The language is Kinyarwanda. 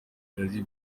ibirori